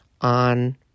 on